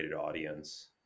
audience